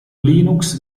linux